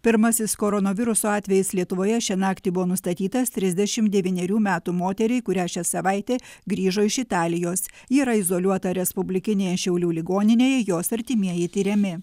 pirmasis koronaviruso atvejis lietuvoje šią naktį buvo nustatytas trisdešimt devynerių metų moteriai kurią šią savaitę grįžo iš italijos yra izoliuota respublikinėje šiaulių ligoninėj jos artimieji tiriami